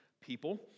people